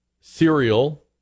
cereal